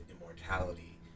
immortality